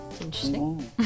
Interesting